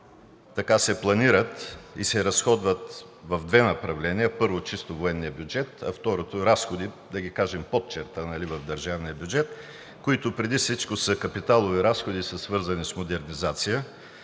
които се планират, се разходват в две направления. Първото е чисто военният бюджет, а второто са разходите, да ги кажем под черта, в държавния бюджет, които преди всичко са капиталови разходи и са свързани с модернизация.